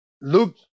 Luke